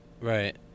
right